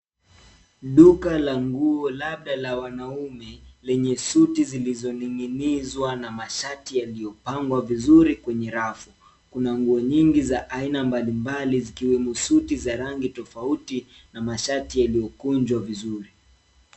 Duka la nguo labda la wanaume lenye suti zilizoning'inizwa na mashati yaliopangwa vizuri kwenye rafu. Kuna nguo nyingi za aina mbalimbali zikiwemo suti za rangi tofauti na mashati yaliokunjwa vizuri.